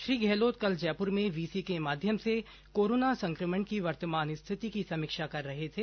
श्री गहलोत कल जयपुर में वीसी के माध्यम से कोरोना संक्रमण की वर्तमान स्थिति की समीक्षा कर रहे थे